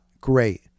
Great